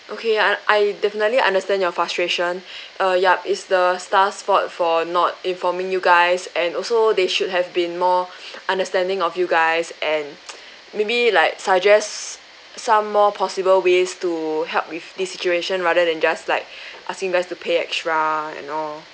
okay I I definitely understand your frustration uh yup it's the staff fault for not informing you guys and also they should have been more understanding of you guys and maybe like suggests some more possible ways to help with this situation rather than just like asking you guys to pay extra and all